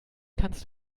kannst